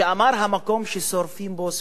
שאמר: מקום ששורפים בו ספרים,